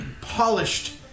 polished